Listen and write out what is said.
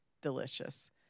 delicious